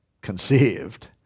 conceived